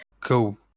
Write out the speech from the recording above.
Go